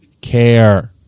care